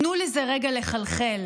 תנו לזה רגע לחלחל: